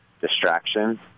distraction